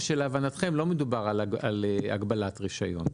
או שלהבנתכם לא מדובר על הגבלת רישיון?